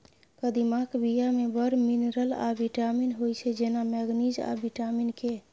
कदीमाक बीया मे बड़ मिनरल आ बिटामिन होइ छै जेना मैगनीज आ बिटामिन के